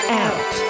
out